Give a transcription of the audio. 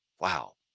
Wow